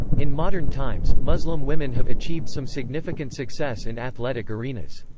in modern times, muslim women have achieved some significant success in athletic arenas.